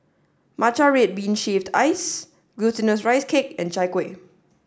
Matcha Red Bean shaved ice glutinous rice cake and Chai Kuih